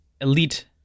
elite